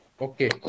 Okay